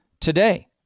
today